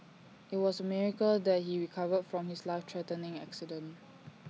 IT was A miracle that he recovered from his life threatening accident